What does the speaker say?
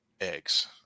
eggs